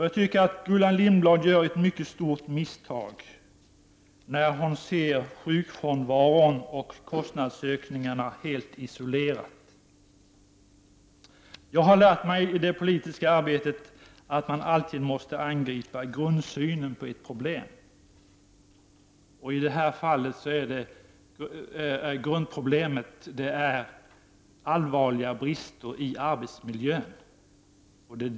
Jag tycker att Gullan Lindblad gör ett mycket stort misstag när hon ser sjukfrånvaron och kostnadsökningarna helt isolerade. Jag har lärt mig i det politiska arbetet att man alltid måste angripa ett problem från grunden. I det här fallet är grundproblemet allvarliga brister i arbetsmiljön.